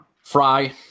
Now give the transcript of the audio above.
Fry